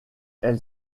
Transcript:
elle